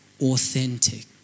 authentic